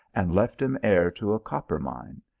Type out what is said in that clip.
and left him heir to a copper mine,